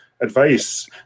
advice